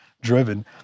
driven